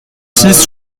six